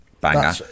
Banger